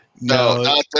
No